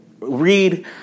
read